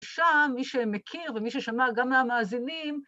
שם מי שמכיר ומי ששמע גם מהמאזינים...